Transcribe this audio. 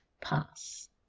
pass